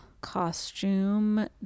costume